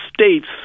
states